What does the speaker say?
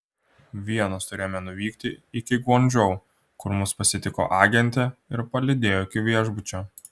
vienos turėjome nuvykti iki guangdžou kur mus pasitiko agentė ir palydėjo iki viešbučio